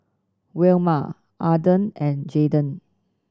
Wilma Arden and Jaydon